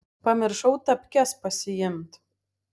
pamiršau tapkes pasiimt